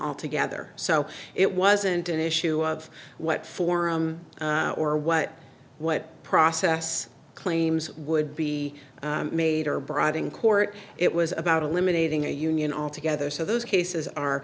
altogether so it wasn't an issue of what for or what what process claims would be made or brought in court it was about eliminating a union altogether so those cases are